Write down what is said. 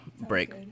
break